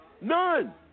None